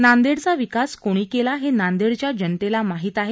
नांदेडचा विकास कोणी केला हे नांदेडच्या जनतेला माहित आहे